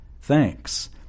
thanks